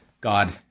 God